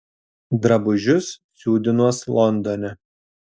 drabužius siūdinuos londone